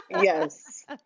Yes